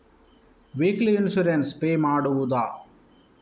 Weekly insurance pay ಮಾಡುವುದ?